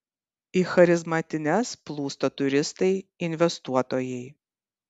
į charizmatines plūsta turistai investuotojai